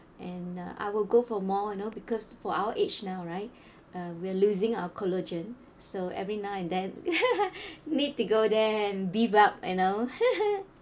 and uh I will go for more you know because for our age now right uh we're losing our collagen so every now and then need to go there and beef up you know